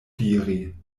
diri